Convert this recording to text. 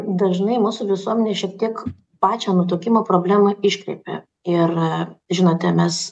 dažnai mūsų visuomenėj šiek tiek pačią nutukimo problemą iškreipė ir žinote mes